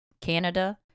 Canada